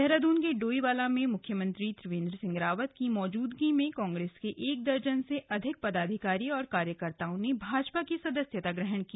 देहरादून के डोईवाला में मुख्यमंत्री त्रिवेंद्र सिंह रावत की मौजूदगी में कांग्रेस के एक दर्जन से अधिक पदाधिकारी और कार्यकर्ताओं ने भाजपा की सदस्यता ग्रहण की